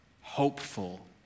hopeful